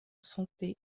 santé